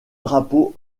drapeaux